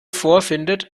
vorfindet